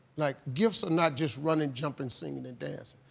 like, gifts are not just running, jumping, singing, and dancing.